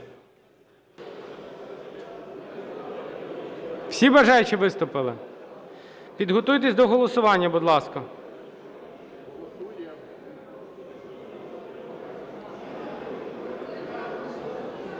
Всі бажаючі виступили? Підготуйтесь до голосування, будь ласка.